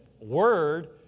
word